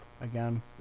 again